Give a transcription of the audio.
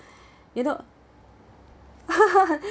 you know